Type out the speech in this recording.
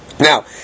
Now